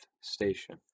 station